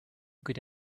good